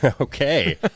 okay